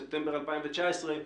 בספטמבר 2019,